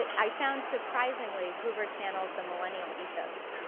and i found surprisingly hoover channels the millennial ethos.